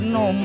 no